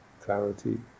clarity